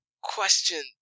question